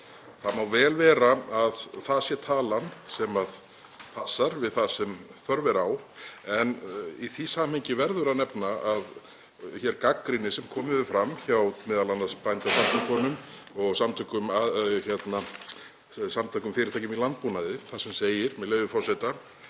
Það má vel vera að það sé talan sem passar við það sem þörf er á en í því samhengi verður að nefna hér gagnrýni sem komið hefur fram hjá m.a. Bændasamtökunum og Samtökum fyrirtækja í landbúnaði þar sem segir, með leyfi forseta: